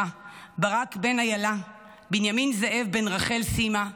ברק בן אילה, בנימין זאב בן רחל סימה,